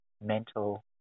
mental